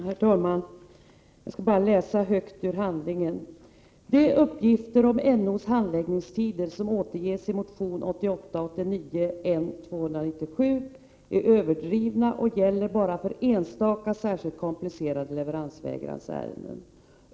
Herr talman! Jag skall läsa högt ur betänkandet: ”De uppgifter om NO:s handläggningstider som återges i motion 1988/89:N297 är således överdrivna och gäller bara för enstaka, särskilt komplicerade leveransvägransärenden.